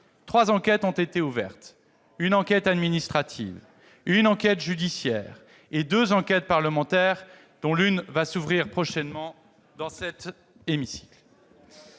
quatre enquêtes ont été ouvertes : une enquête administrative, une enquête judiciaire et deux enquêtes parlementaires, dont l'une va s'ouvrir prochainement dans cet hémicycle.